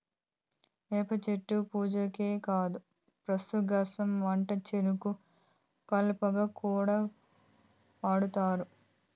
వేప చెట్టు పూజకే కాదు పశుగ్రాసం వంటచెరుకు కలపగా కూడా వాడుతుంటారు